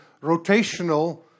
rotational